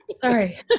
Sorry